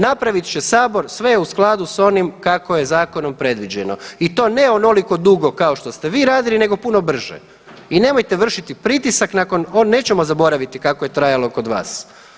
Napravit će sabor sve u skladu s onim kako je zakonom predviđeno i to ne onoliko dugo kao što ste vi radili nego puno brže i nemojte vršiti pritisak nakon, nećemo zaboraviti kako je trajalo kod vas.